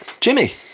Jimmy